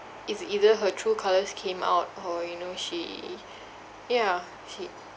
it's either her true colours came out or you know she yeah she